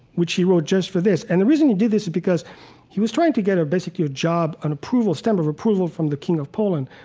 which he wrote just for this. and the reason he did this is because he was trying to get basically a job, an approval stamp of approval from the king of poland.